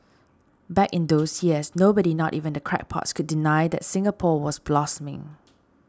back in those years nobody not even the crackpots could deny that Singapore was blossoming